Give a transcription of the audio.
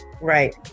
right